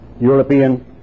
European